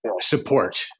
support